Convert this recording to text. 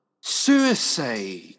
Suicide